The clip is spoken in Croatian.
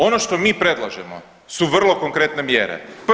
Ono što mi predlažemo su vrlo konkretne mjere.